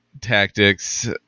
tactics